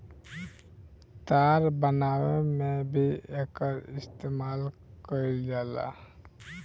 तार बनावे में भी एकर इस्तमाल कईल जाला